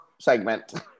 segment